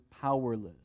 powerless